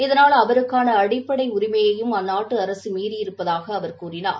இதனால் அவருக்கான அடிப்படை உரிமையையும் அந்நாட்டு அரசு மீறியிருப்பதாக அவர் கூறினார்